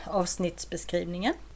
avsnittsbeskrivningen